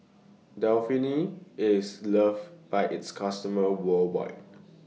IS loved By its customers worldwide